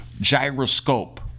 gyroscope